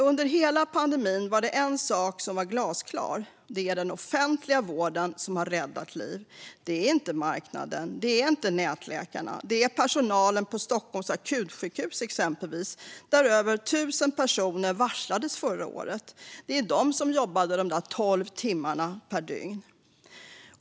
Under hela pandemin var det en sak som var glasklar: Det är den offentliga vården som har räddat liv. Det är inte marknaden och nätläkarna, utan det är exempelvis personalen på Stockholms akutsjukhus, där över tusen personer varslades förra året. Det är de som jobbade 12 timmar per dygn.